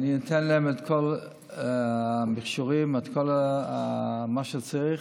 ואני אתן להם את כל המכשור, את כל מה שצריך.